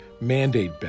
mandate